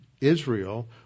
Israel